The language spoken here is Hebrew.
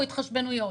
התחשבנויות.